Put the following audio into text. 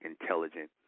intelligent